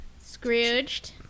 Scrooged